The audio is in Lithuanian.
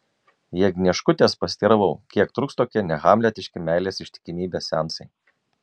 jagnieškutės pasiteiravau kiek truks tokie nehamletiški meilės ištikimybės seansai